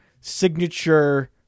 signature